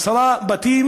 ואחרים מהרשימה המשותפת,